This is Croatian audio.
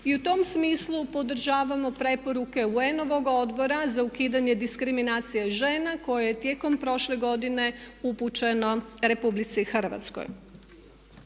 I u tom smislu podržavamo preporuke UN-ovog odbora za ukidanje diskriminacije žena koje je tijekom prošle godine upućeno RH.